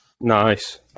Nice